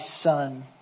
Son